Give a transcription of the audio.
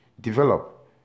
develop